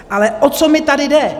Ale o co mi tady jde.